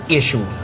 issue